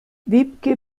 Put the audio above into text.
wiebke